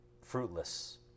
fruitless